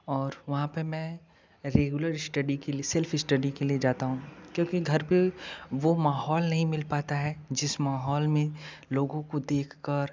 और वहाँ पर मैं रेगुलर श्टडी के लिए सेल्फ स्टडी के लिए जाता हूँ क्योंकि घर पर वह माहौल नहीं मिल पाता है जिस माहौल में लोगों को देख कर